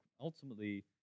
ultimately